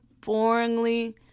boringly